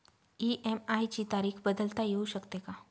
EMI ची तारीख बदलता येऊ शकते का?